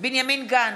בנימין גנץ,